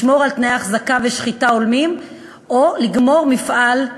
לשמור על תנאי החזקה ושחיטה הולמים או לגמור את